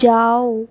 جاؤ